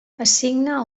assigna